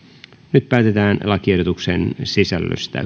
nyt päätetään lakiehdotuksen sisällöstä